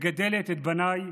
מגדלת את בניי